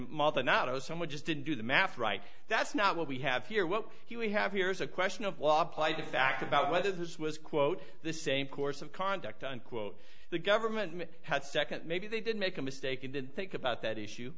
e not oh so much just didn't do the math right that's not what we have here what he we have here is a question of well applied to fact about whether this was quote the same course of conduct unquote the government had second maybe they did make a mistake and didn't think about that issue